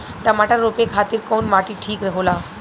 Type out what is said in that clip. टमाटर रोपे खातीर कउन माटी ठीक होला?